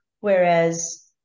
Whereas